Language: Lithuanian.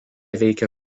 veikė